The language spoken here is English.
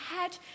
head